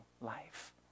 life